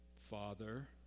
Father